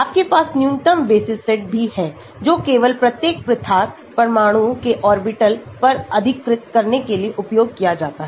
आपके पास न्यूनतम बेसिस सेट भी है जोकेवल प्रत्येक पृथक परमाणुओं के ऑर्बिटल्स पर अधिकृत करने के लिए उपयोग किया जाता है